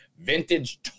vintage